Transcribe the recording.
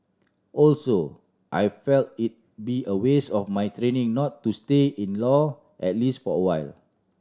also I feel it'd be a waste of my training not to stay in law at least for a while